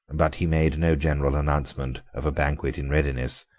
but he made no general announcement of a banquet in readiness,